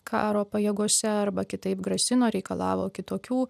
karo pajėgose arba kitaip grasino reikalavo kitokių